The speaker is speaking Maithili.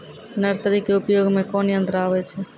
नर्सरी के उपयोग मे कोन यंत्र आबै छै?